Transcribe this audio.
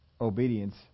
obedience